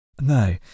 No